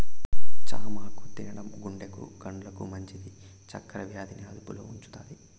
చామాకు తినడం గుండెకు, కండ్లకు మంచిది, చక్కర వ్యాధి ని అదుపులో ఉంచుతాది